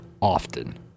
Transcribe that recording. often